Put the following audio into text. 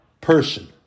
person